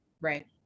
Right